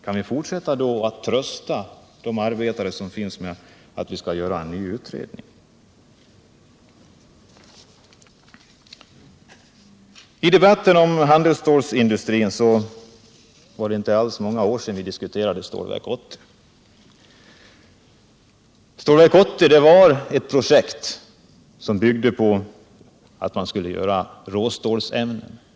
Kan vi då fortsätta att trösta arbetarna med att vi skall göra en ny utredning? Det var inte alls många år sedan vi i debatten om handelsstålsindustrin diskuterade Stålverk 80. Det var ett projekt som byggde på att man skulle göra råstålsämnen.